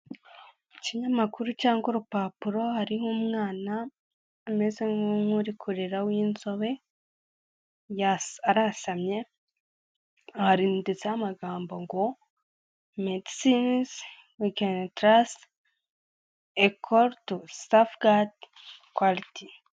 Ikinyamakuru cyangwa urupapuro hariho umwana umeze nk'uri kurira w'inzobe arasamye handitseho amagambo ngo “Medecines We Can Trust A Call to Safeguard Quality”.